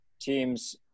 teams